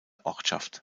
ortschaft